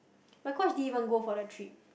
my coach din even go for the trip